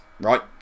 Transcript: right